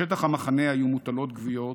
בשטח המחנה היו מוטלות גוויות,